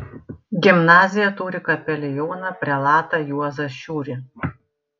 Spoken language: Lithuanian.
gimnazija turi kapelioną prelatą juozą šiurį